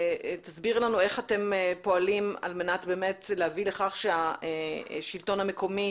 תסבירי לנו איך אתם פועלים על מנת באמת להביא לכך שהשלטון המקומי